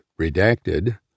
redacted